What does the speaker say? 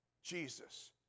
Jesus